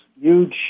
huge